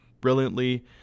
brilliantly